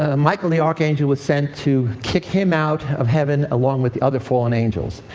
ah michael, the archangel, was sent to kick him out of heaven along with the other fallen angels.